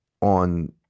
on